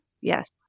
Yes